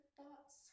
thoughts